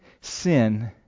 sin